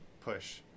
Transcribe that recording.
push